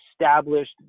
established